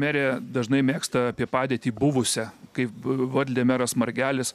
merė dažnai mėgsta apie padėtį buvusią kaip valdė meras margelis